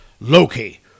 Loki